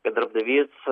kai darbdavys